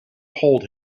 hold